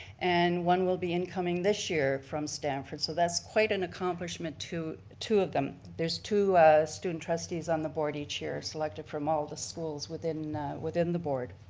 and one will be incoming this year from stamford. so that's quite an accomplishment, two two of them. there's two student trustees on the board each year selected from all the schools within within the board.